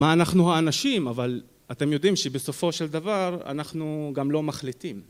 מה אנחנו האנשים, אבל אתם יודעים שבסופו של דבר אנחנו גם לא מחליטים